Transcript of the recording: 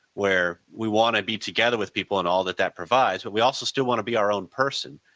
where we want to be together with people and all that that provides but we also still want to be our own person.